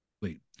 Wait